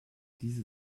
diese